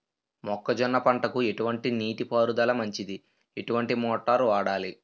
మొక్కజొన్న పంటకు ఎటువంటి నీటి పారుదల మంచిది? ఎటువంటి మోటార్ వాడాలి?